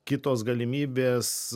kitos galimybės